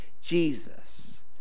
Jesus